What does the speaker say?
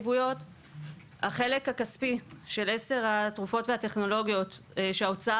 החלק הכספי של עשר התרופות והטכנולוגיות שההוצאה